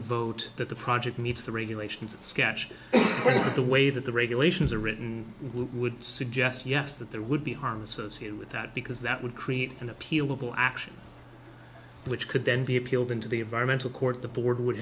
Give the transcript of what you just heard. a vote that the project meets the regulations sketch all the way that the regulations are written would suggest yes that there would be harm associated with that because that would create an appealable action which could then be appealed into the environmental court the board would